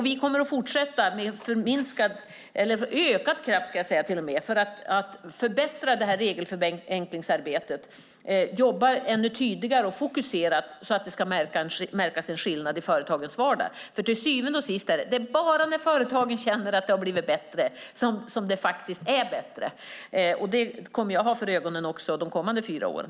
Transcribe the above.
Vi kommer att fortsätta med ökad kraft för att förbättra regelförenklingsarbetet och jobba ännu tydligare och mer fokuserat så att det ska märkas en skillnad i företagens vardag. Till syvende och sist är det bara när företagen känner att det har blivit bättre som det faktiskt är bättre. Detta kommer jag att ha för ögonen också de kommande fyra åren.